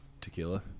Tequila